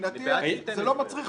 מבחינתי זה לא מצריך בירור.